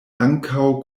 ankaŭ